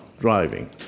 driving